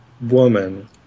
Woman